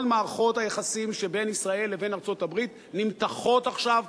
כל מערכות היחסים שבין ישראל לבין ארצות-הברית נמתחות עכשיו,